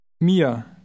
Mia